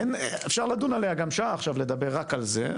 אפשר לדון עליה גם שעה עכשיו לדבר רק על זה,